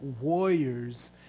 warriors